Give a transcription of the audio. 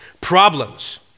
problems